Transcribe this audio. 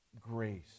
grace